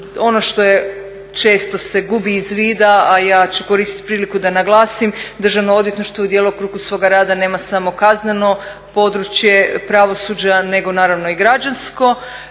Ono što je često se gubi iz vida, a ja ću koristiti priliku da naglasim. Državno odvjetništvo u djelokrugu svoga rada nema samo kazneno područje pravosuđa, nego naravno i građansko.